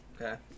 Okay